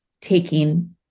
taking